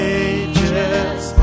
ages